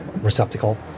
receptacle